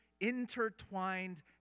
intertwined